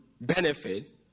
benefit